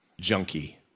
junkie